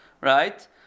right